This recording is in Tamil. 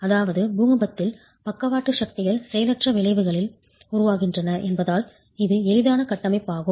அதாவது பூகம்பத்தில் பக்கவாட்டு லேட்ரல் சக்திகள் செயலற்ற விளைவுகளால் உருவாகின்றன என்பதால் இது எளிதான கட்டமைப்பாகும்